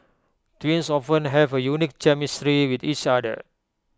twins often have A unique chemistry with each other